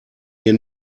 hier